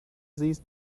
siehst